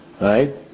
Right